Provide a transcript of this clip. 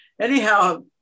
anyhow